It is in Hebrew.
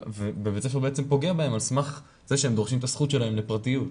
ובית הספר פוגע בהם על סמך זה שהם דורשים את הזכות שלהם לפרטיות.